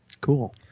cool